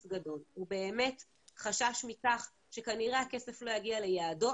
גדול ובאמת חשש מכך שכנראה הכסף לא יגיע ליעדו,